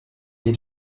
est